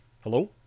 hello